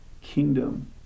kingdom